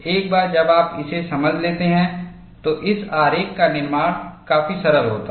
एक बार जब आप इसे समझ लेते हैं तो इस आरेख का निर्माण काफी सरल होता है